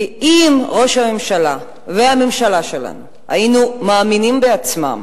כי אם ראש הממשלה והממשלה שלנו היו מאמינים בעצמם